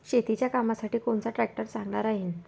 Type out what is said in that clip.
शेतीच्या कामासाठी कोनचा ट्रॅक्टर चांगला राहीन?